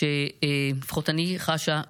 אדוני היושב-ראש.